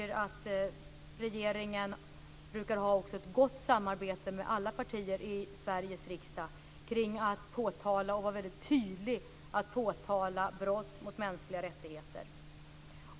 Regeringen brukar ha ett gott samarbete med alla partier i Sveriges riksdag när det gäller att vara tydlig och påtala brott mot mänskliga rättigheter.